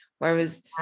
Whereas